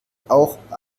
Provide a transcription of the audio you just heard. auch